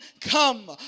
Come